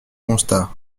constat